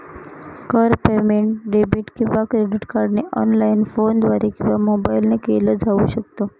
कर payment debit किंवा credit कार्डने ऑनलाइन, फोनद्वारे किंवा मोबाईल ने केल जाऊ शकत